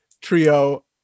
trio